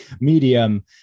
medium